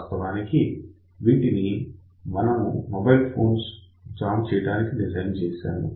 వాస్తవానికి వీటిని మేము మొబైల్ ఫోన్స్ జామ్ చేయడానికి డిజైన్ చేశాము